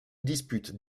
dispute